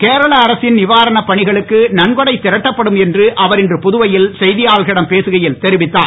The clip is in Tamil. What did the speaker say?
கேரள அரசின் நிவாரணப் பணிகளுக்கு நன்கொடை திரட்டப்படும் என்று அவர் இன்று புதுவையில் செய்தியாளர்களிடம் பேசுகையில் தெரிவித்தார்